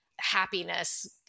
happiness